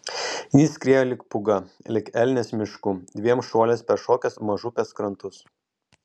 jis skriejo lyg pūga lyg elnias miškų dviem šuoliais peršokęs mažupės krantus